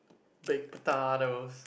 baked potatoes